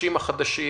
הקשים החדשים